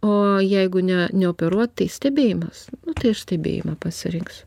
o jeigu ne neoperuot tai stebėjimas tai aš stebėjimą pasirinksiu